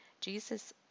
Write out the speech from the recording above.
Jesus